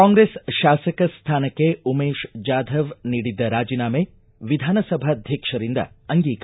ಕಾಂಗ್ರೆಸ್ ಶಾಸಕ ಸ್ನಾನಕ್ಕೆ ಉಮೇಶ್ ಜಾಧವ್ ನೀಡಿದ್ದ ರಾಜಿನಾಮೆ ವಿಧಾನಸಭಾಧ್ವಕ್ಷರಿಂದ ಅಂಗೀಕಾರ